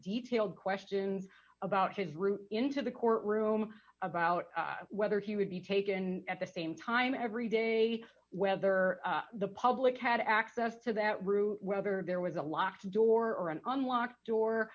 detailed questions about his route into the courtroom about whether he would be taken at the same time every day whether the public had access to that route whether there was a locked door or an unlock